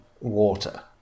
water